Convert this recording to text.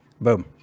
Boom